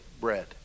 bread